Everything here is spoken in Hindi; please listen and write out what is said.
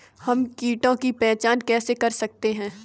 हम कीटों की पहचान कैसे कर सकते हैं?